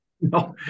No